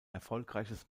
erfolgreiches